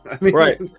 Right